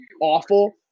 awful